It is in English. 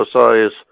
emphasize